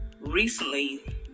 recently